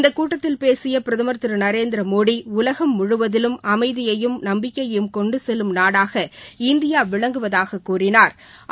இந்த கூட்டத்தில் பேசிய பிரதமர் திரு நரேந்திரமோடி உலகம் முழுவதிலும் அமைதியையும் நம்பிக்கையையும் கொண்டு செல்லும் நாடாக இந்தியா விளங்குவதாகக் கூறினாா்